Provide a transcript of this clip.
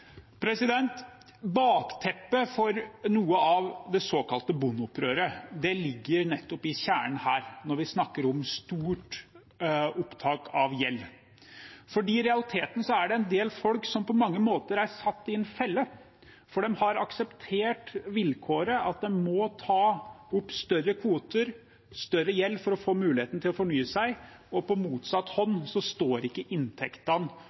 Bakteppet for noe av det såkalte bondeopprøret ligger nettopp i kjernen her når vi snakker om stort opptak av gjeld, for i realiteten er det en del folk som på mange måter er satt i en felle; de har akseptert vilkåret om å ta større kvoter, ta opp større gjeld for å få muligheten til å fornye seg, og på motsatt hånd står ikke inntektene